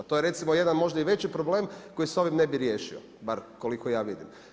To je recimo jedan možda i veći problem koji s ovim ne bi riješio, bar koliko ja vidim.